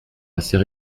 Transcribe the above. assez